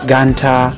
Ganta